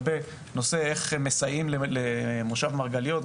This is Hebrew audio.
לגבי איך מסייעים למושב מרגליות.